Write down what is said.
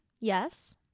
Yes